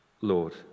Lord